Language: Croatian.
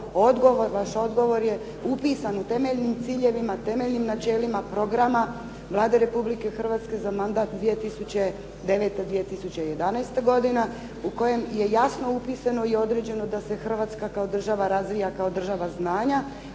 vaš odgovor je upisan u temeljnim ciljevima, temeljnim načelima programa Vlade Republike Hrvatske za mandat 2009. – 2011. godine u kojem je jasno upisano i određeno da Hrvatska razvija kao država znanja,